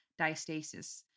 diastasis